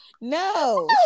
No